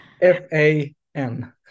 f-a-n